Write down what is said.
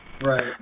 Right